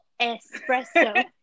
espresso